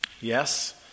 Yes